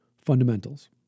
Fundamentals